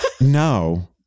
No